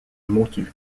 motus